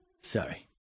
Sorry